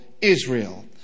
Israel